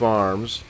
Farms